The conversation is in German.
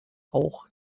auch